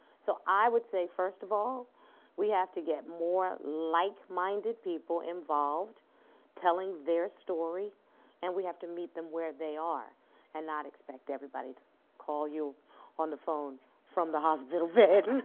so i would say first of all we have to get more like-minded people involved telling their story and we have to meet them where they are and not expect everybody to call you on the phone from the hospital bed.